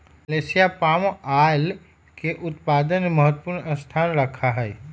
Malaysia palm oil के उत्पादन में महत्वपूर्ण स्थान रखा हई